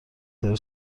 داره